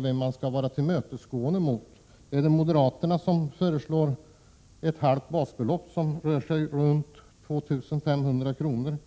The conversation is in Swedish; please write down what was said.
Skall man vara tillmötesgående mot moderaterna, som föreslår att det skattefria beloppet vid gåva skall höjas till ett halvt basbelopp, eller mot